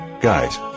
guys